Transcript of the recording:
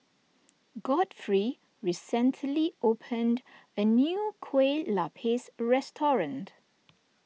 Godfrey recently opened a new Kueh Lapis restaurant